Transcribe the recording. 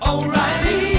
O'Reilly